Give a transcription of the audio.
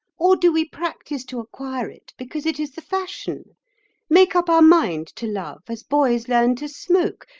or do we practise to acquire it because it is the fashion make up our mind to love, as boys learn to smoke,